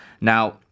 Now